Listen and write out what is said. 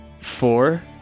four